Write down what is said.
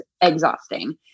exhausting